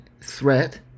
threat